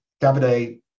Davide